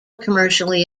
commercially